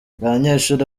abanyeshuri